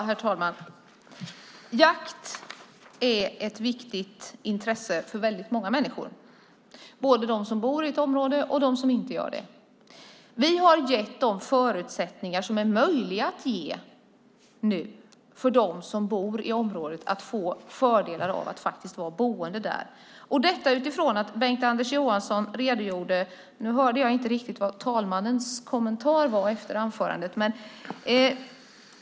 Herr talman! Jakt är ett viktigt intresse för väldigt många människor, både för dem som bor i ett område och dem som inte gör det. Vi har gett de förutsättningar som är möjliga för att de som bor i området ska ha fördelar av att faktiskt vara boende där. Bengt-Anders Johansson redogjorde för detta. Nu hörde jag inte riktigt vad talmannen kommenterade efter anförandet.